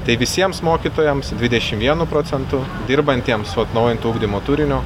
tai visiems mokytojams dvidešim vienu procentu dirbantiems su atnaujintu ugdymo turiniu